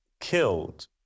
killed